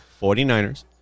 49ers